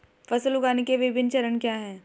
फसल उगाने के विभिन्न चरण क्या हैं?